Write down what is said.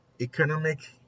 economic